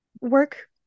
work